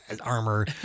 armor